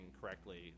correctly